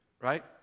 right